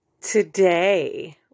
Today